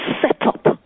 setup